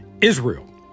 Israel